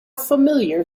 familiar